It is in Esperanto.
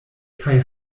kaj